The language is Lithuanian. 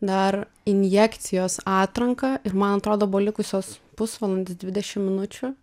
dar injekcijos atranką ir man atrodo buvo likusios pusvalandis dvidešim minučių